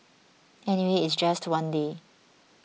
anyway it's just one day